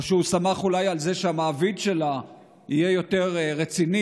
או שהוא אולי סמך על זה שהמעביד שלה יהיה יותר רציני